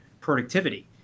productivity